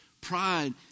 pride